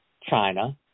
China